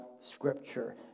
scripture